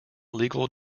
legal